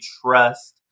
trust